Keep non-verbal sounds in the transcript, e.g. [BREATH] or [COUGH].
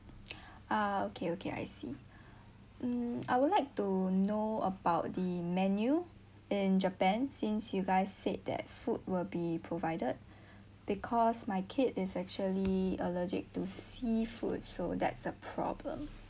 ah okay okay I see mm I would like to know about the menu and japan since you guys said that food will be provided [BREATH] because my kid is actually allergic to seafood so that's a problem